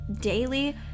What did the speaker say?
daily